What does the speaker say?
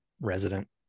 resident